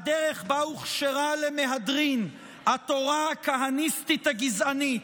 הדרך שבה הוכשרה למהדרין התורה הכהניסטית הגזענית,